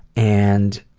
and